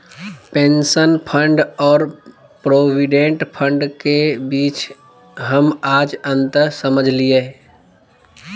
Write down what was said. pension fund और provident fund के बीच हम आज अंतर समझलियै